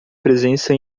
presença